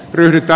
yritä